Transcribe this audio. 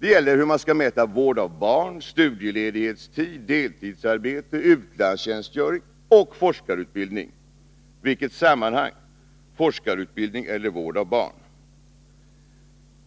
Det gäller hur man skall mäta vård av barn, studieledighetstid, deltidsarbete, utlandstjänstgöring — och forskarutbildning. Vilket sammanhang — forskarutbildning eller vård av barn!